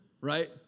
right